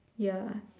ya